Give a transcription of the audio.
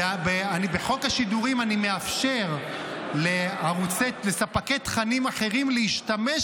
בחוק השידורים אני מאפשר לספקי תכנים אחרים להשתמש